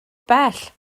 bell